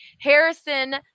Harrison